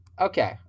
okay